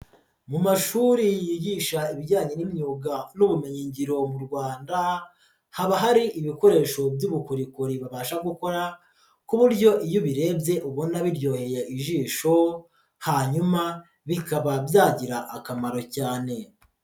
Mu mashuri yigisha ibijyanye n'imyuga n'ubumenyingiro mu Rwanda haba hari ibikoresho by'ubukorikori babasha gukora ku buryo iyo ubirebye ubona biryoheye ijisho hanyuma bikaba byagira akamaro cyane.